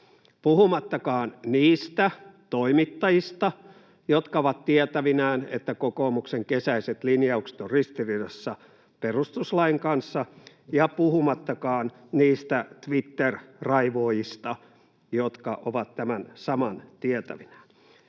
Puhumattakaan niistä toimittajista, jotka ovat tietävinään, että kokoomuksen kesäiset linjaukset ovat ristiriidassa perustuslain kanssa, ja puhumattakaan niistä Twitter-raivoajista, jotka ovat tämän saman tietävinään.